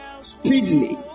Speedily